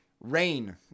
Rain